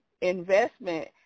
investment